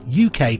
UK